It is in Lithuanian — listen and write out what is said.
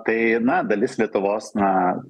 tai na dalis lietuvos na